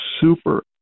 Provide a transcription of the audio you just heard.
super